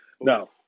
No